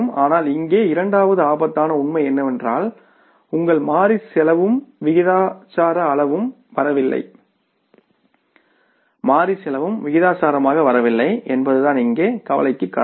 ஆனால் இங்கே இரண்டாவது ஆபத்தான உண்மை என்னவென்றால் உங்கள் மாறி செலவும் விகிதாசார அளவில் வரவில்லை மாறி செலவும் விகிதாசாரமாக வரவில்லை என்பதுதான் இங்கே கவலைக்கு காரணம்